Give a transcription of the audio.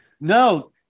No